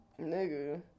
Nigga